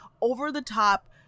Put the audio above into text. over-the-top